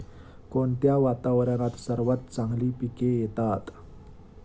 कोणत्या वातावरणात सर्वात चांगली पिके येतात?